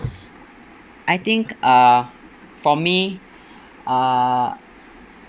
I think uh for me uh